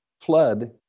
Flood